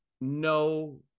No